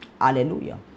Hallelujah